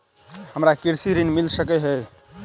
हमरा कृषि ऋण मिल सकै है?